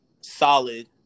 solid